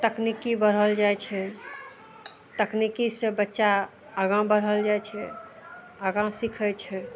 तकनीकी बढ़ल जाइ छै तकनीकीसँ बच्चा आगा बढ़ल जाइ छै आगा सीखय छै